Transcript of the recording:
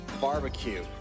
Barbecue